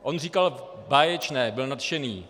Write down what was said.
On říkal báječné, byl nadšený.